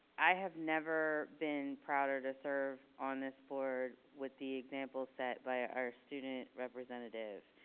i have never been prouder to serve on this board with the example set by our student representative.